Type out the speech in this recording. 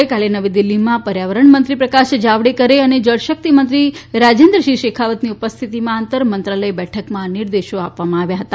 ગઈકાલે નવી દિલ્હીમાં પર્યાવરણ મંત્રી પ્રકાશ જાવડેકરે અને જળશક્તી મંત્રી રાજેન્દ્ર સિંહ શેખાવતની ઉપસ્થિતિમાં આંતરમંત્રાલય બેઠકમાં આ નિર્દેશો આપવામાં આવ્યા છે